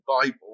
Bible